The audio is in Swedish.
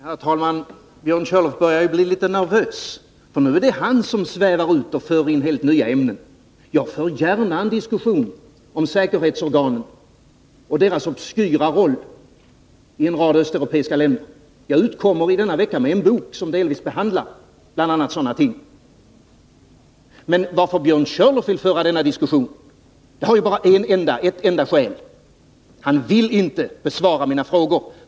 Herr talman! Björn Körlof börjar bli litet nervös. Nu är det han som svävar ut och för in helt nya ämnen. Jag för gärna en diskussion om säkerhetspolisens obskyra roll i en rad östeuropeiska länder. Jag utkommer i denna vecka med en bok som behandlar bl.a. sådana ting. Men att Björn Körlof vill föra denna diskussion har ett enda skäl. Han vill inte besvara mina frågor.